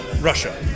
Russia